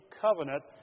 covenant